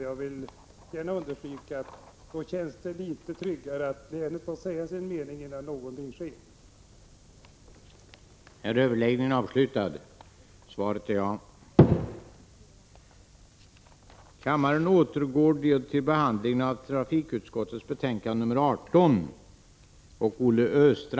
Jag vill gärna understryka att det känns litet tryggare när länet får säga sin mening innan någonting sker.